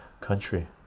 country